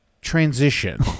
transition